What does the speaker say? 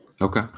Okay